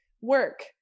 work